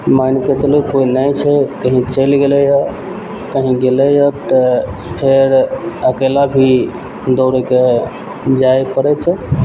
मानिकऽ चलू कोइ नहि छै कहीं चलि गेलैए कहीं गेलैए तऽ फेर अकेला भी दौड़यके जाइ पड़य छै